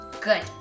Good